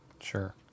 Sure